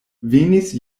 venis